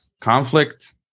conflict